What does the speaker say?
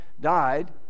died